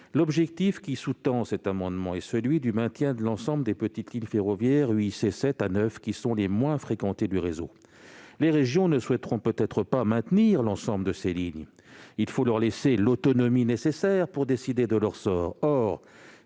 l'objectif qui sous-tend cet amendement est celui du maintien de l'ensemble des petites lignes ferroviaires UIC 7 à 9, qui sont les moins fréquentées du réseau. Or les régions ne souhaiteront peut-être pas maintenir l'ensemble de ces lignes. Il faut leur laisser l'autonomie nécessaire pour décider de leur sort.